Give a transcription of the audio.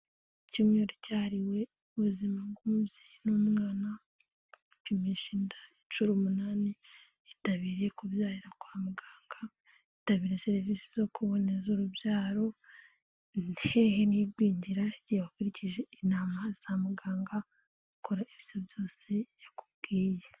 Icyumweru cyahariwe ubuzima bw'umubyeyi n'umwana no kwipisha inda inshuro umunani yitabiriye kubyarira kwa muganga, yitabira serivisi zo kuboneza urubyaro hehe n'gwingira rye wakurikije inama za muganga ukora ibyo byose yakubwiye.